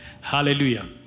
Hallelujah